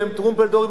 והם טרומפלדורים,